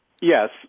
Yes